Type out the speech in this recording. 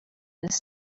this